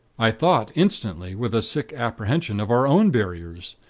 i thought instantly, with a sick apprehension, of our own barriers.